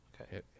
Okay